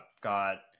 got